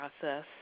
process